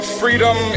freedom